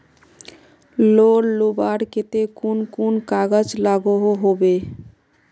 Loan लुबार केते कुन कुन कागज लागोहो होबे?